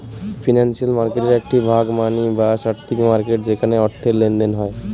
financial মার্কেটের একটি ভাগ মানি বা আর্থিক মার্কেট যেখানে অর্থের লেনদেন হয়